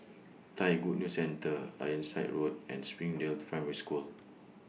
Thai Good News Centre Ironside Road and Springdale Primary School